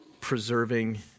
preserving